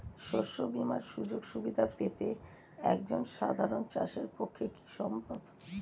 শস্য বীমার সুযোগ সুবিধা পেতে একজন সাধারন চাষির পক্ষে কি সম্ভব?